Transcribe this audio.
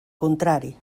contrari